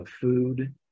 food